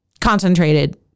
concentrated